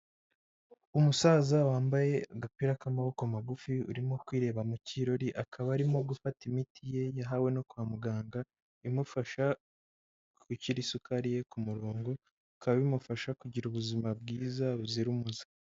Umusaza wambaye agapira k’ amaboko magufi urimo kwireba mu kirori. Akaba arimo gufata imiti ya yahawe no kwa muganga, imufasha gushyira isukari ye ku murongo bikaba bimufasha kugira umuzima bwiza buzira umuze.